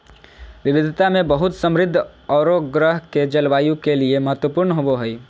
विविधता में बहुत समृद्ध औरो ग्रह के जलवायु के लिए महत्वपूर्ण होबो हइ